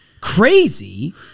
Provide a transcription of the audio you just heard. Crazy